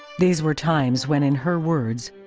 these were times when, in her words,